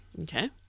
Okay